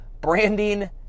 branding